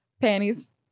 Panties